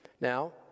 Now